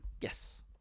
yes